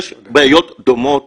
יש בעיות דומות